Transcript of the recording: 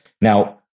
Now